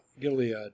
Gilead